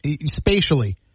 spatially